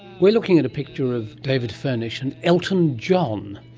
we're looking at a picture of david furnish and elton john.